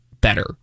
better